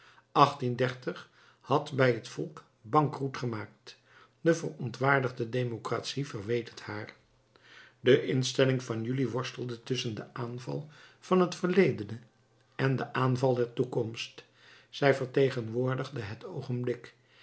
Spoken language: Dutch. had bij het volk bankroet gemaakt de verontwaardigde democratie verweet het haar de instelling van juli worstelde tusschen den aanval van het verledene en den aanval der toekomst zij vertegenwoordigde het oogenblik